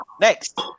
Next